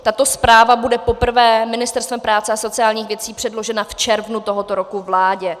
Tato zpráva bude poprvé Ministerstvem práce a sociálních věcí předložena v červnu tohoto roku vládě.